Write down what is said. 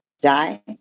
die